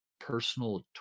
personal